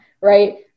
right